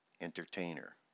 Entertainer